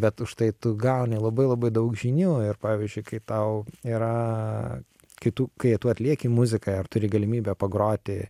bet užtai tu gauni labai labai daug žinių ir pavyzdžiui kai tau yra kai tu kai tu atlieki muziką ir turi galimybę pagroti